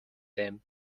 them